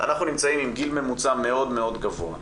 אנחנו נמצאים עם גיל ממוצע מאוד גבוה,